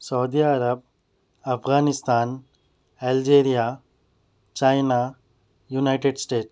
سعودیہ عرب Afghanistan Algeria China United status